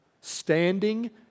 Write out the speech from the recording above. standing